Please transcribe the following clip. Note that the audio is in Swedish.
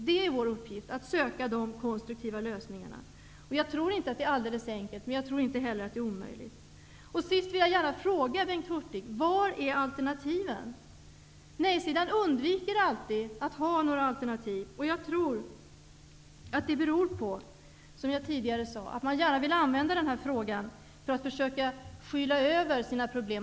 Det är vår uppgift att söka de konstruktiva lösningarna. Jag tror inte att det är alldeles enkelt, men jag tror inte heller att det är omöjligt. Till sist vill jag gärna fråga Bengt Hurtig vad alternativen är. Nej-sidan undviker alltid att ha några alternativ. Jag tror att det beror på, som jag tidigare sade, att de gärna vill använda den här frågan för att försöka skyla över sina problem.